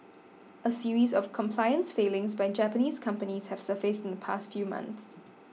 a series of compliance failings by Japanese companies have surfaced in the past few months